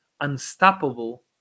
unstoppable